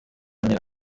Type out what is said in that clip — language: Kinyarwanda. rimwe